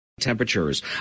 Temperatures